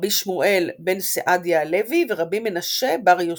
רבי שמואל בן סעדיה הלוי, ורבי מנשה בר יוסף.